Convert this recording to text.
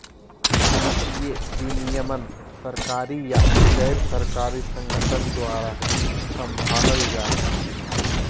वित्तीय विनियमन सरकारी या गैर सरकारी संगठन द्वारा सम्भालल जा हय